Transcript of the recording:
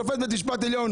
שופט בית משפט עליון